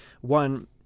one